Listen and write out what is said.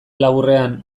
laburrean